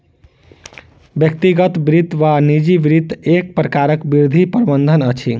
व्यक्तिगत वित्त वा निजी वित्त एक प्रकारक वित्तीय प्रबंधन अछि